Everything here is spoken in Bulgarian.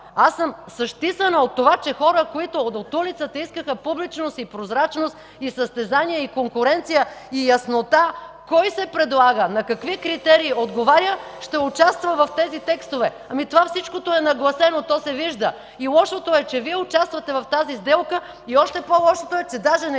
Аз съм сащисана от това, че хората от улицата, които искаха публичност и прозрачност, състезание, конкуренция и яснота кой се предлага, на какви критерии отговаря, ще участва в тези текстове! Ами, това всичкото е нагласено, то се вижда! Лошото е, че Вие участвате в тази сделка! И още по-лошото е, че даже не